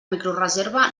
microreserva